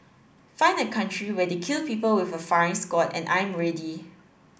find a country where they kill people with a firing squad and I'm ready